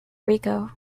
rico